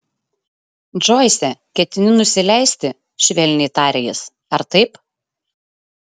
džoise ketini nusileisti švelniai tarė jis ar taip